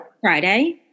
Friday